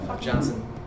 Johnson